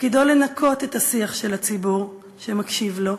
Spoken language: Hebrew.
תפקידו לנקות את השיח של הציבור שמקשיב לו,